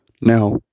Now